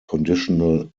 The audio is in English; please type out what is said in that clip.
conditional